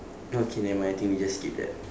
okay never mind I think we just skip that